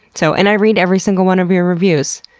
so and i read every single one of your reviews.